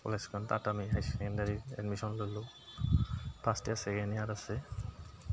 কলেজখন তাত আমি হাই ছেকেণ্ডেৰী এডমিশ্যন ল'লোঁ ফাৰ্ষ্ট ইয়াৰ ছেকেণ্ড ইয়াৰ আছে